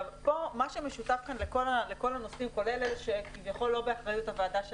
מה שמשותף כאן לכל הנושאים כולל אלה שכביכול לא באחריות הוועדה,